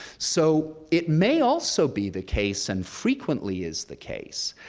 so it may also be the case, and frequently is the case,